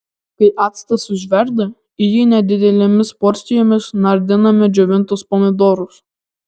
kai actas užverda į jį nedidelėmis porcijomis nardiname džiovintus pomidorus